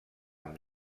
amb